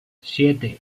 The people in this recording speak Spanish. siete